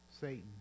satan